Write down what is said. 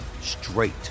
straight